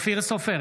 אופיר סופר,